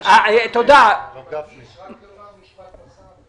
משפט קצר.